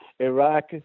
Iraq